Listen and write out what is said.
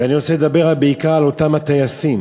ואני רוצה לדבר בעיקר על אותם הטייסים,